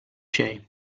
xejn